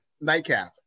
nightcap